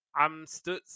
Amstutz